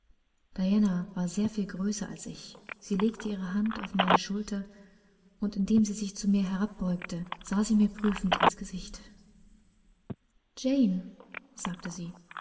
war sehr viel größer als ich sie legte ihre hand auf meine schulter und indem sie sich zu mir herabbeugte sah sie mir prüfend ins gesicht jane sagte sie